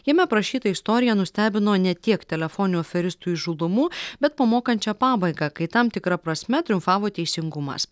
jame aprašyta istorija nustebino ne tiek telefoninių aferistų įžūlumu bet pamokančia pabaiga kai tam tikra prasme triumfavo teisingumas